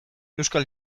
euskal